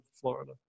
Florida